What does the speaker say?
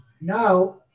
Now